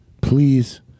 please